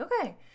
okay